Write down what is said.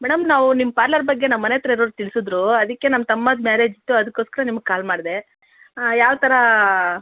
madam ನಾವು ನಿಮ್ಮ parlour ಬಗ್ಗೆ ನಮ್ಮನೆ ಹತ್ತಿರ ಇರೋರು ತಿಳ್ಸಿದ್ರು ಅದಕ್ಕೆ ನಮ್ಮ ತಮ್ಮಾದು ಮ್ಯಾರೇಜ್ ಇತ್ತು ಅದಕ್ಕೋಸ್ಕರ ನಿಮಗೆ ಕಾಲ್ ಮಾಡಿದೆ ಯಾವ ಥರ